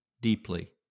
deeply